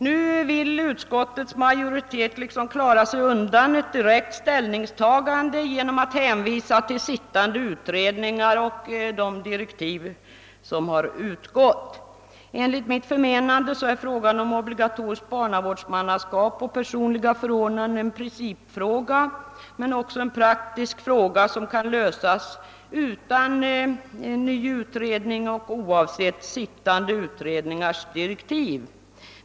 Nu vill utskottets majoritet liksom klara sig undan ett direkt ställningstagande genom att hänvisa till sittande utredningar och de direktiv de har fått. Enligt mitt förmenande är frågan om obligatoriskt barnavårdsmannaskap och personliga förordnanden en principfråga men också en praktisk fråga som kan lösas utan ny utredning och oavsett sittande utredningars direktiv.